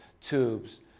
tubes